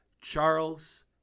Charles